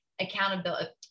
accountability